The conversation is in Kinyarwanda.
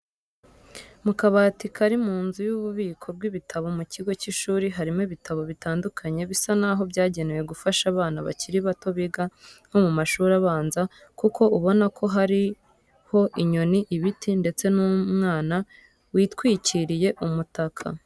Mu kabati kari mu nzu y'ububiko bw'ibitabo mu kigo cy'ishuri harimo ibitabo bitandukanye bisa naho byagenewe gufasha abana bakiri bato biga nko mu mashuri abanza kuko ubona ko hariho inyoni, ibiti ndetse n'umwana witwikiriye umutaka.